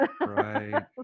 Right